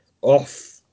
off